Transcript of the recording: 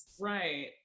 Right